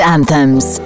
Anthems